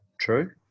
True